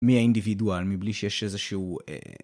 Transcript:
מי האינדיבידואל מבלי שיש איזשהו...